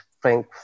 Frank